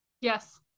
Yes